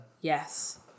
Yes